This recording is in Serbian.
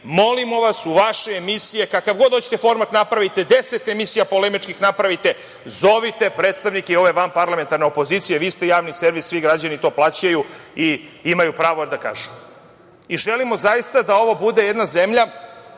Molimo vas, u vaše emisije, kakav god hoćete format napravite, 10 polemičkih napravite, zovite predstavnike i ove vanparlamentarne opozicije. Vi ste Javni servis. Svi građani to plaćaju i imaju pravo da kažu. Želimo zaista da ovo bude jedna zemlja